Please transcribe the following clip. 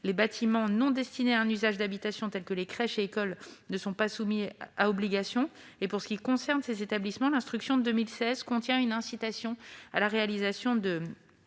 Les bâtiments non destinés à un usage d'habitation, tels que les crèches ou les écoles, ne sont pas soumis à cette obligation. Pour ce qui concerne ces établissements, l'instruction du 21 septembre 2016 contient une incitation à la réalisation de